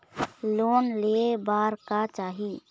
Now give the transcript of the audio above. Loan ले बार का चाही?